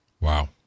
Wow